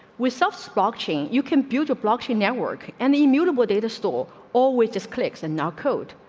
with self spa action, you compute a block she network any mutable data store or witches, clicks and now code.